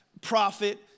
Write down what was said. prophet